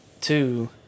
Two